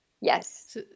Yes